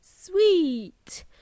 sweet